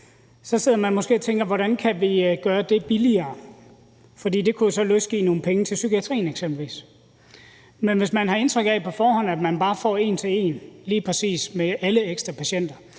så sidder man og tænker på, hvordan det kan gøres billigere, for det kunne så eksempelvis frigive nogle penge til psykiatrien. Men hvis man har indtryk af på forhånd, at man bare får en til en lige præcis med alle ekstra patienter,